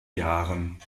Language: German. jahren